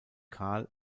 carl